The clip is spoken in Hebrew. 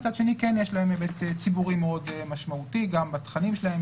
ומהצד השני כן יש להם היבט ציבורי מאוד משמעותי גם בתכנים שלהם,